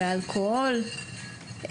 באלכוהול,